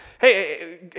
Hey